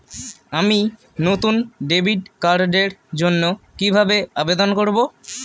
আমি নতুন ডেবিট কার্ডের জন্য কিভাবে আবেদন করব?